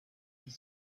die